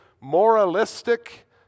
moralistic